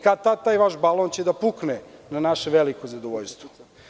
Kad tad, taj vaš balon će da pukne, na naše veliko zadovoljstvo.